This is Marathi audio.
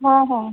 हो हो